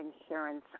insurance